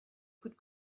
could